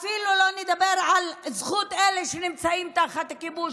אנחנו כבר אפילו לא נדבר על זכות אלה שנמצאים תחת כיבוש,